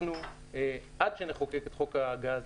עד שנחוקק את חוק הגז,